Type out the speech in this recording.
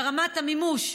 ברמת המימוש,